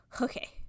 Okay